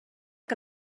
que